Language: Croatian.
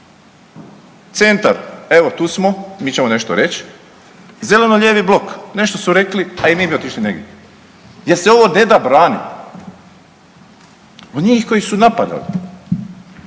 Centar evo tu smo mi ćemo nešto reći, zeleno-lijevi blok nešto su rekli a i mi bi otišli negdje. Jer se ovo ne da braniti. Od njih koji su napadali,